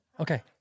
Okay